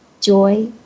joy